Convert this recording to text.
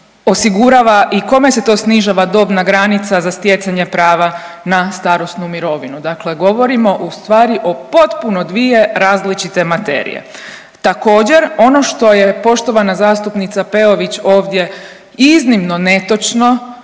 osigurava i kome se to snižava dobna granica za stjecanje prava na starosnu mirovinu, dakle govorimo ustvari o potpuno dvije različite materije. Također ono što je poštovana zastupnica Peović ovdje iznimno netočno